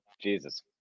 Jesus